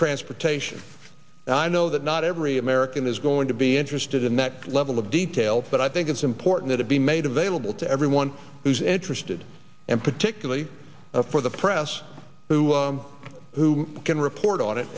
transportation and i know that not every american is going to be interested in that level of detail but i think it's important to be made available to everyone who's interested and particularly for the press who who can report on it